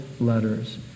Letters